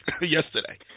yesterday